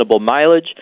mileage